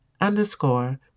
underscore